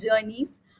journeys